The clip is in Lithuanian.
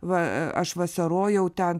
va aš vasarojau ten